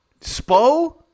spo